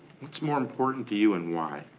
what's more important to you and why?